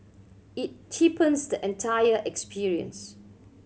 it cheapens the entire experience